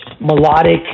melodic